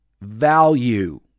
value